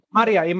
Maria